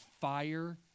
fire